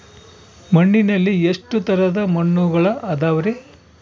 ಮಣ್ಣಿನಲ್ಲಿ ಎಷ್ಟು ತರದ ಮಣ್ಣುಗಳ ಅದವರಿ?